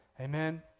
Amen